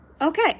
Okay